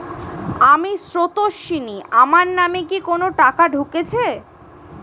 আমি স্রোতস্বিনী, আমার নামে কি কোনো টাকা ঢুকেছে?